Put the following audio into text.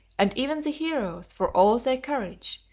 and even the heroes, for all their courage,